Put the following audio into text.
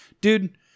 dude